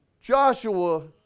Joshua